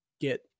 get